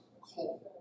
cold